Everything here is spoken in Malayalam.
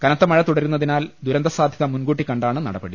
കനത്ത മഴ തുടരുന്നതിനാൽ തുരന്ത സാധ്യത മുൻകൂട്ടി കണ്ടാണ് നടപടി